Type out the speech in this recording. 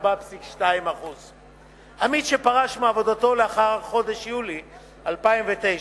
4.2%. עמית שפרש מעבודתו לאחר חודש יולי 2009,